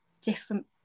different